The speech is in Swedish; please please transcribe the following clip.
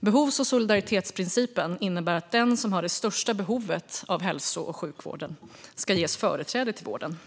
Behovs och solidaritetsprincipen innebär att den som har det största behovet av hälso och sjukvård ska ges företräde till vården.